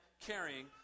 Carrying